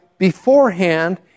beforehand